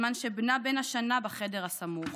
בזמן שבנה בן השנה בחדר הסמוך,